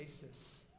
basis